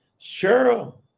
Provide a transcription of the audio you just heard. Cheryl